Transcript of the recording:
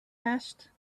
asked